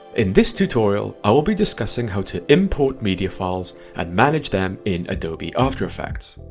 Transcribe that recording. in this tutorial, i will be discussing how to import media files and manage them in adobe after effects.